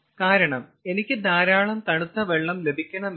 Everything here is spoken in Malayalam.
കാരണം എനിക്ക് ധാരാളം തണുത്ത വെള്ളം ലഭിക്കണമെങ്കിൽ